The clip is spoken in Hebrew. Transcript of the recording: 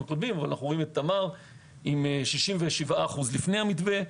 אבל אנו רואים את תמר עם 67% לפני המתווה,